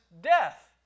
death